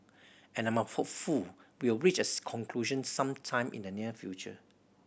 and I'm hopeful we will reach conclusion some time in the near future